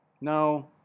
No